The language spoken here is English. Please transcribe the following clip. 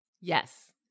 Yes